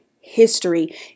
history